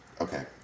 Okay